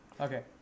Okay